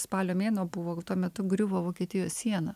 spalio mėnuo buvo tuo metu griuvo vokietijos siena